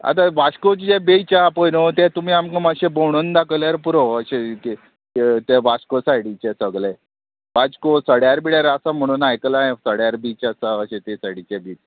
आतां वास्कोचे जे बीच आहा पय न्हू ते तुमी आमकां मातशें भोंवडोन दाखयल्यार पुरो अशें तें वास्को सायडीचें सगलें वाश्को सड्यार बिळ्यार आसा म्हणून आयकलां सोड्यार बीच आसा अशें तें सायडीचें बीच